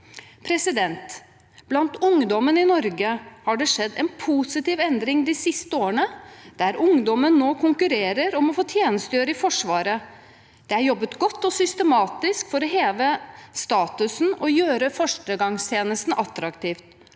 Hæren og HV Blant ungdommen i Norge har det skjedd en positiv endring de siste årene, der ungdommen nå konkurrerer om å få tjenestegjøre i Forsvaret. Det er jobbet godt og systematisk for å heve statusen og gjøre førstegangstjenesten attraktiv